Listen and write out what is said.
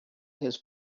his